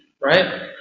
right